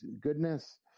goodness